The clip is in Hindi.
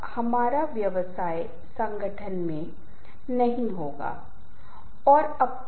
इसलिए हमारे जीवन में रिश्ता बहुत महत्वपूर्ण है